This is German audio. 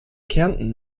kärnten